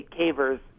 cavers